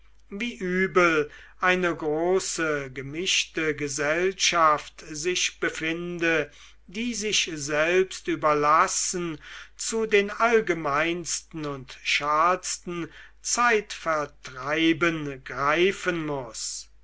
wie übel eine große gemischte gesellschaft sich befinde die sich selbst überlassen zu den allgemeinsten und schalsten zeitvertreiben greifen muß